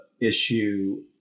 issue